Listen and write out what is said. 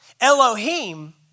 Elohim